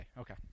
okay